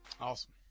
Awesome